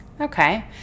Okay